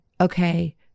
okay